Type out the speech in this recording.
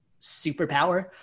superpower